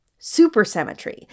supersymmetry